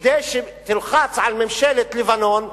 כדי שתלחץ על ממשלת לבנון,